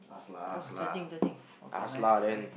!wah! charging charging okay nice nice